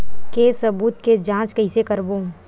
के सबूत के जांच कइसे करबो?